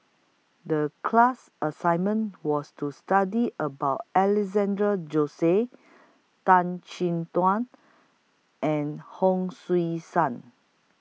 The class assignment was to study about Alexandra Josey Tan Chin Tuan and Hon Sui Sen